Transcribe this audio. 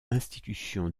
institution